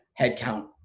headcount